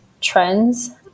trends